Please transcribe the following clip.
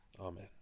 Amen